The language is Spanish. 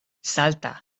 salta